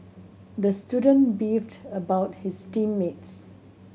the student beefed about his team mates